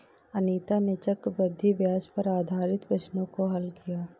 अनीता ने चक्रवृद्धि ब्याज पर आधारित प्रश्नों को हल किया